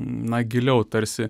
na giliau tarsi